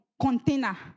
container